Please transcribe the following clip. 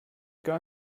gar